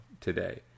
today